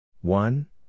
one